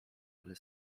ale